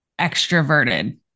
extroverted